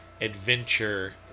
adventure